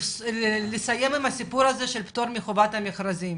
לסיים את הסיפור של פטור מחובת המכרזים.